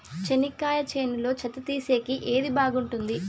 చెనక్కాయ చేనులో చెత్త తీసేకి ఏది బాగుంటుంది?